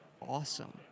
awesome